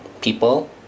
people